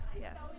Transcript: Yes